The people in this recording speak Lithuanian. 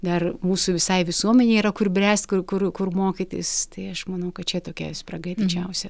dar mūsų visai visuomenei yra kur bręst kur kur kur mokytis tai aš manau kad čia tokia spraga didžiausia